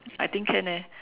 I think can eh